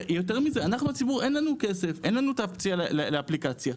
לנו כציבור אין כסף, אין את האופציה לאפליקציה.